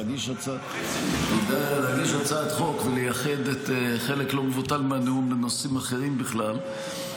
להגיש הצעת חוק ולייחד חלק לא מבוטל מהנאום לנושאים אחרים בכלל,